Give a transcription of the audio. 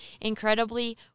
incredibly